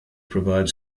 provide